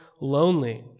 lonely